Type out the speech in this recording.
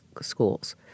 schools